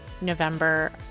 November